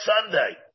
Sunday